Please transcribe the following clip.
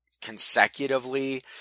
consecutively